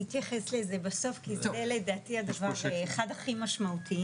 אני אתייחס לזה בסוף כי זה לדעתי אחד הדברים הכי משמעותיים.